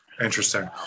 Interesting